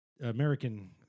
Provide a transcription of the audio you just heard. American